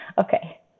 Okay